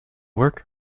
work